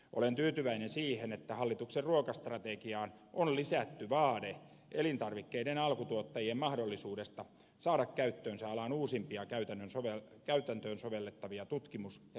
olen tyytyväinen siihen että hallituksen ruokastrategiaan on lisätty vaade elintarvikkeiden alkutuottajien mahdollisuudesta saada käyttöönsä alan uusimpia käytäntöön sovellettavia tutkimus ja kehitystuloksia